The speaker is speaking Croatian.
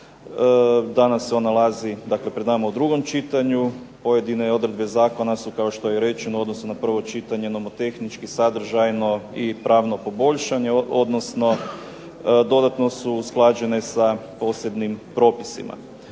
danas se on nalazi pred nama, dakle u drugom čitanju. Pojedine odredbe zakona su, kao što je i rečeno, u odnosu na prvo čitanje nomotehnički, sadržano i pravno poboljšane odnosno dodatno su usklađene sa posebnim propisima.